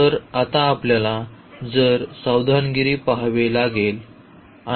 तर आता आपल्याला जरा सावधगिरीने पहावे लागेल